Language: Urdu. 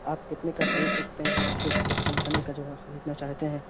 آپ کتنے کا خرید سکتے ہیں اور پھر کس کمپنی کا جو ہے خریدنا چاہتے ہیں